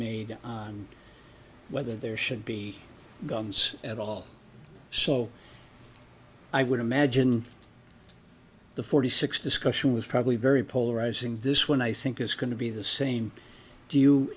made on whether there should be guns at all so i would imagine the forty six discussion was probably very polarizing this one i think is going to be the same do you